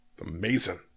Amazing